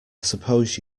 suppose